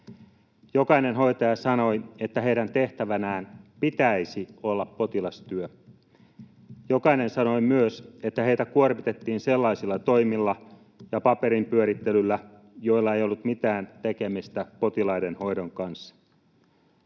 Jokainen hoitaja sanoi, että heidän tehtävänään pitäisi olla potilastyö. Jokainen sanoi myös, että heitä kuormitettiin sellaisilla toimilla ja paperin pyörittelyllä, joilla ei ollut mitään tekemistä potilaiden hoidon kanssa.